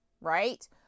right